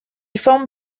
forme